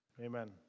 Amen